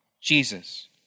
Jesus